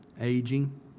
aging